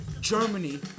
Germany